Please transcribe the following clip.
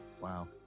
Wow